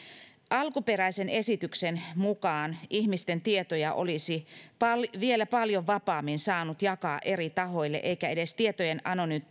alkuperäisen esityksen mukaan ihmisten tietoja olisi vielä paljon vapaammin saanut jakaa eri tahoille eikä edes tietojen